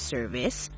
Service